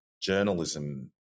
journalism